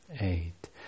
eight